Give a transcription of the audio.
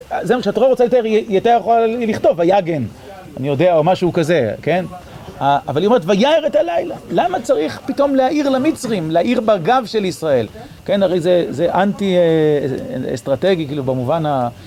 זה מה שהתורה רוצה, יותר יכולה לכתוב, ויגן, אני יודע, או משהו כזה, כן? אבל היא אומרת, וייאר את הלילה. למה צריך פתאום להאיר למצרים, להאיר בגב של ישראל? כן, הרי זה אנטי אסטרטגי, כאילו, במובן ה...